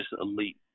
elite